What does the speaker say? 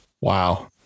Wow